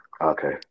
okay